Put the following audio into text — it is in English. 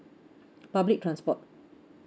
public transport